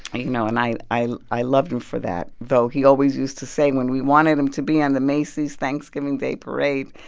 you know and i i loved him for that. though, he always used to say when we wanted him to be in the macy's thanksgiving day parade,